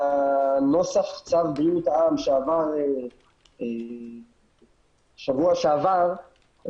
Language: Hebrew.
בנוסח צו בריאות העם שעבר שבוע שעבר,